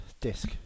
disc